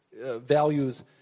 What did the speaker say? values